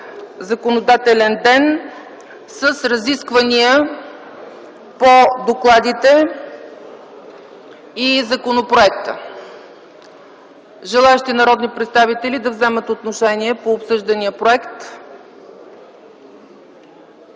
законодателен ден с разисквания по докладите и законопроекта. Има ли желаещи народни представители да вземат отношение по обсъждания законопроект?